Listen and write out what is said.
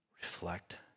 reflect